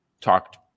talked